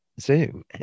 Zoom